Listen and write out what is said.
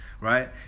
right